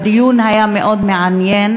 הדיון היה מאוד מעניין,